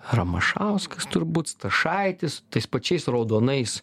ramašauskas turbūt stašaitis tais pačiais raudonais